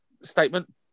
statement